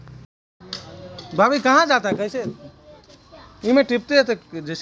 घरौंक कोई इंसानक दूसरा इंसानेर सम्पत्तिक परिसम्पत्ति मानना चाहिये